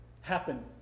happen